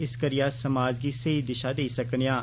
इस करी समाज गी स्हेई दिशा देई सकनेआं